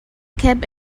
cab